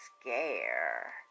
scare